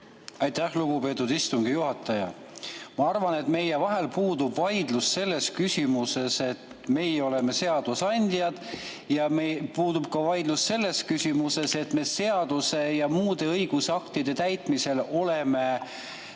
Aitäh, lugupeetud istungi juhataja! Ma arvan, et meie vahel puudub vaidlus selles küsimuses, et meie oleme seadusandjad. Meil puudub vaidlus ka selles küsimuses, et me seaduste ja muude õigusaktide täitmisel oleksime